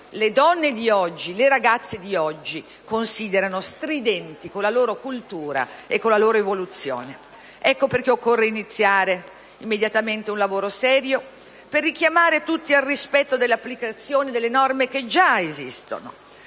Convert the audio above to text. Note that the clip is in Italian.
le donne e le ragazze di oggi considerano stridenti con la loro cultura e con la loro evoluzione. Ecco perché occorre iniziare immediatamente un lavoro serio, per richiamare tutti al rispetto e all'applicazione delle norme che già esistono.